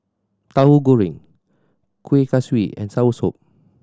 Tahu Goreng Kueh Kaswi and soursop